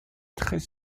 très